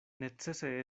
necese